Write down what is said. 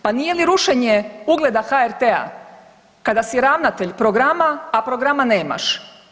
Pa nije li rušenje ugleda HRT-a kada si ravnatelj programa, a programa nemaš?